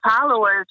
followers